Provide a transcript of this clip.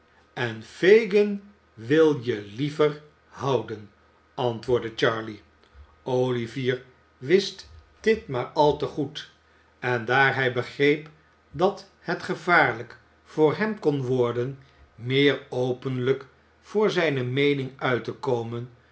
en fagin wil je liever houden antwoordde charley olivier wist dit maar al te goed en daar hij begreep dat het gevaarlijk voor hem kon worden meer openlijk voor zijne meening